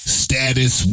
status